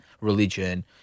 religion